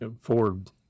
Ford